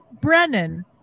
brennan